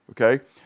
okay